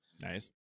Nice